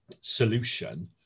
solution